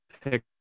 pick